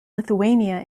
lithuania